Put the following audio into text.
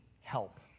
help